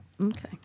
Okay